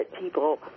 people